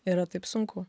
yra taip sunku